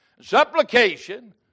Supplication